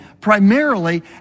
primarily